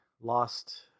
lost